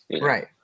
right